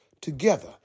Together